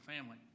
family